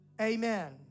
amen